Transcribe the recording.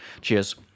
Cheers